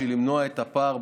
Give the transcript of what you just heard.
בשביל למנוע את הפער,